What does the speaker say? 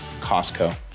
Costco